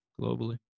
globally